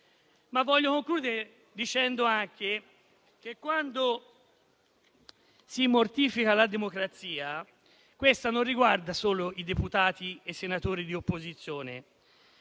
Voglio concludere dicendo anche che, quando si mortifica la democrazia, questo non riguarda solo i deputati e senatori di opposizione,